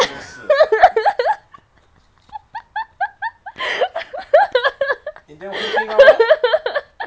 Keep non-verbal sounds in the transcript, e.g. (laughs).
(laughs)